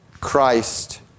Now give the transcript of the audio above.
Christ